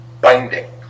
binding